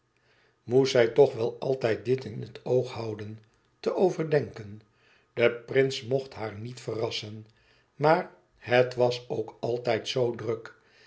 moest zij toch wel altijd dt in het oog houden te overdenken de prins mocht haar niet verrassen maar het was ook altijd zoo druk